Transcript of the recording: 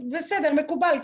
מקובל.